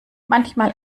manchmal